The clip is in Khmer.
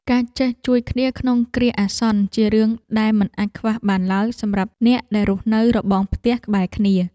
ការចេះជួយគ្នាក្នុងគ្រាអាសន្នជារឿងដែលមិនអាចខ្វះបានឡើយសម្រាប់អ្នកដែលរស់នៅរបងផ្ទះក្បែរគ្នា។